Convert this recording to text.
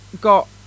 got